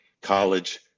college